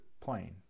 plane